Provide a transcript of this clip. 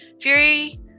Fury